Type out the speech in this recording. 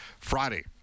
Friday